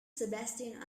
sebastian